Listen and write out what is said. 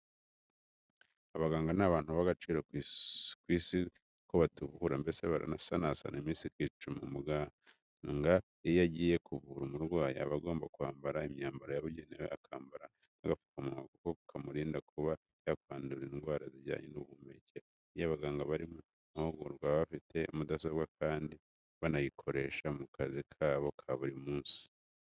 Abaganga ni abantu b'agaciro ku isi kuko batuvura, mbese barasanasana iminsi ikicuma. Umugana iyo agiye kuvura umurwayi, aba agomba kwambara imyambaro yabugenewe, akambara n'agapfukamunwa kuko kamurinda kuba yakwandura indwara zijyanye n'ubuhumekero. Iyo abaganga bari mu mahugurwa baba bafite mudasobwa kandi banayikoresha mu kazi kabo ka buri munsi, kuko ibafasha kubika amakuru amwe n'amwe.